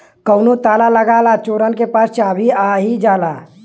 कउनो ताला लगा ला चोरन के पास चाभी आ ही जाला